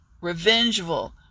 revengeful